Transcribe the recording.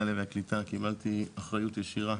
העלייה והקליטה קיבלתי אחריות ישירה